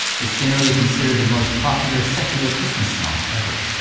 it's generally considered the most popular secular christmas song ever.